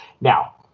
Now